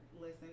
listen